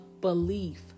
belief